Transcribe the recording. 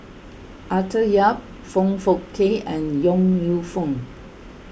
Arthur Yap Foong Fook Kay and Yong Lew Foong